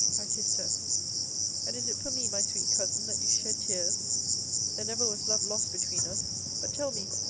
i kissed her and is it for me, my sweet cousin, that you shed tears there never was love lost between us but tell me,